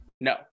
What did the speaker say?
no